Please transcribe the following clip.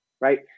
right